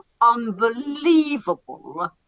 unbelievable